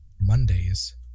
Mondays